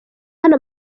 hano